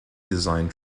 designed